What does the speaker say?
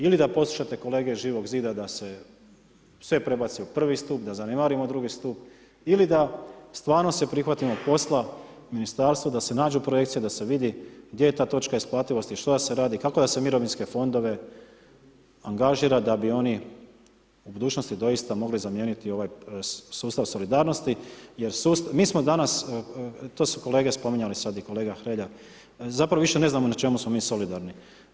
Ili da poslušate kolege Živog zida da se sve prebaci u prvi stup, da zanemarimo drugi stup ili da stvarno se prihvatimo posla, ministarstvo da se nađu projekcije, da se vidi gdje je ta točka isplativosti, što da se radi, kako da se mirovinske fondove angažira da bi oni u budućnosti doista mogli zamijeniti ovaj sustav solidarnosti jer mi smo danas, to su kolege spominjali sad i kolega Hrelja, zapravo više ne znamo na čemu smo mi solidarni.